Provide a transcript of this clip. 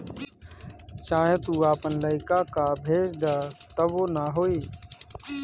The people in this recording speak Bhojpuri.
चाहे तू आपन लइका कअ भेज दअ तबो ना होई